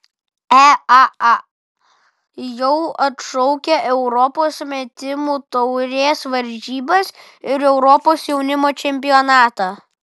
eaa jau atšaukė europos metimų taurės varžybas ir europos jaunimo čempionatą